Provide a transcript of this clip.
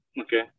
okay